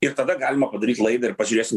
ir tada galima padaryt laidą ir pažiūrėsim